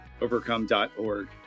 overcome.org